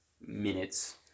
minutes